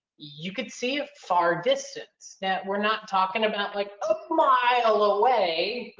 you could see a far distance. now, we're not talking about like, a mile ah way,